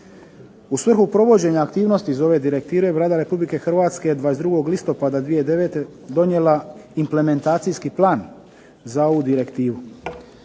U svrhu provođenja aktivnosti iz ove Direktive Vlada Republike Hrvatske je 22. listopada 2009. donijela implementacijski plan za ovu Direktivu.